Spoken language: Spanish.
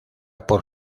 por